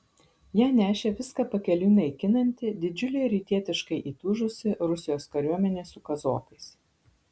ją nešė viską pakeliui naikinanti didžiulė rytietiškai įtūžusi rusijos kariuomenė su kazokais